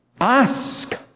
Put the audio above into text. Ask